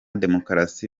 demokarasi